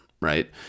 right